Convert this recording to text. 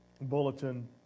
bulletin